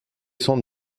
son